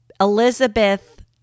Elizabeth